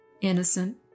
innocent